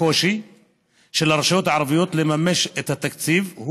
הקושי של הרשויות הערביות לממש את התקציב,